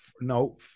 no